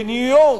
בניו-יורק,